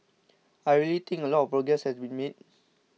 I really think a lot progress has been made